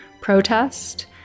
protest